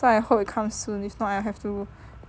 so I hope it comes soon if not I have to